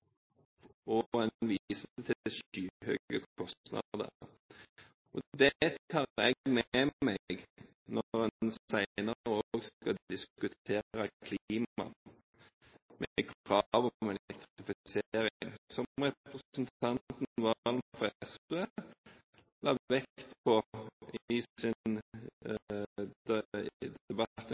En viser til skyhøye kostnader. Det tar jeg med meg når en senere også skal diskutere klima med krav om elektrifisering, som representanten Serigstad Valen fra SV la vekt på i